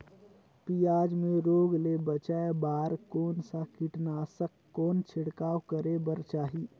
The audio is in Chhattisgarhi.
पियाज मे रोग ले बचाय बार कौन सा कीटनाशक कौन छिड़काव करे बर चाही?